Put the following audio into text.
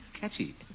Catchy